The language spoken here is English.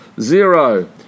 Zero